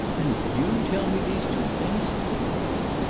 and you tell me these two things! he cried.